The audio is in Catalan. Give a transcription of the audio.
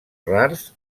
rars